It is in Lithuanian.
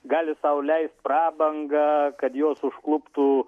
gali sau leist prabangą kad juos užkluptų